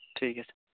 ᱴᱷᱤᱠ ᱜᱮᱭᱟ